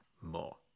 more